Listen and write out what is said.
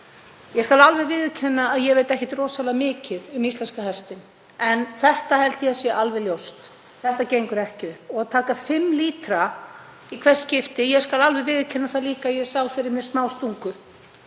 Ég skal alveg viðurkenna að ég veit ekkert rosalega mikið um íslenska hestinn en þetta held ég að sé alveg ljóst. Þetta gengur ekki upp. Og taka fimm lítra í hvert skipti — ég skal alveg viðurkenna það líka að ég sá fyrir mér smástungu,